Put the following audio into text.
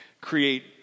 create